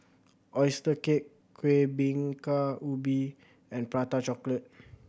oyster cake Kueh Bingka Ubi and Prata Chocolate